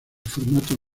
formato